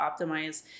optimize